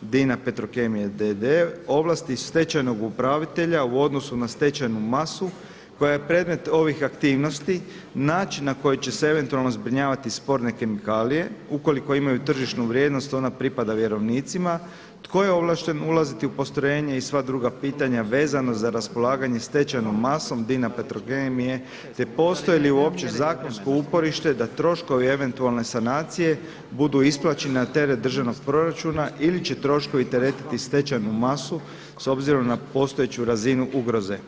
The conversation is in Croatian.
DINA Petrokemija d.d., ovlasti stečajnoj upravitelja u odnosu na stečajnu masu koja je predmet ovih aktivnosti, način na koji će se eventualno zbrinjavati sporne kemikalije ukoliko imaju tržišnu vrijednost ona pripada vjerovnicima, tko je ovlašten ulaziti u postrojenje i sva druga pitanja vezano za raspolaganje stečajnom masom DINA Petrokemije te postoji li uopće zakonsko uporište da troškovi eventualne sanacije budu isplaćeni na teret državnog proračuna ili će troškovi teretiti stečajnu masu s obzirom na postojeću razinu ugroze.